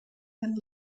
and